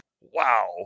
wow